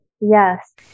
Yes